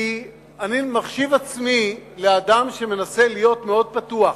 כי אני מחשיב עצמי לאדם שמנסה להיות מאוד פתוח.